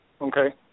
okay